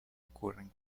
ocurren